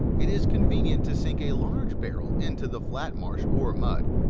it is convenient to sink a large barrel into the flat marsh or mud,